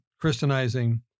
Christianizing